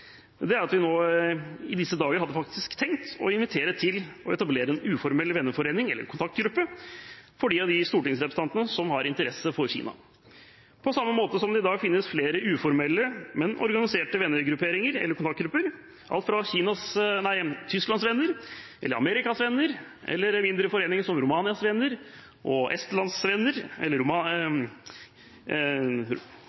tiden, og som vi i disse dager hadde tenkt å invitere til, er å etablere en uformell venneforening eller kontaktgruppe for de stortingsrepresentantene som har interesse for Kina, på samme måte som at det i dag finnes flere uformelle, men organiserte vennegrupperinger eller kontaktgrupper – alt fra Tysklands venner og Amerikas venner til mindre foreninger som Estlands venner, Romanias venner og